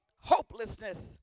Hopelessness